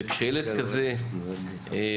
וכשילד כזה חולה,